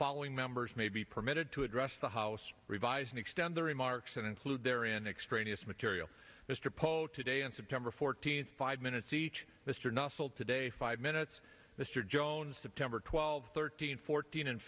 following members may be permitted to address the house revise and extend their remarks and include there in extraneous material mr polk today on september fourteenth five minutes each mr nussle today five minutes mr jones september twelve thirteen fourteen and